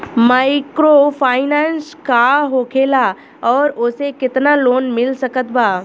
Microfinance का होखेला और ओसे केतना लोन मिल सकत बा?